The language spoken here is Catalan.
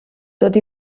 tot